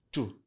Two